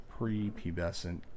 prepubescent